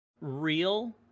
real